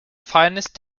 finest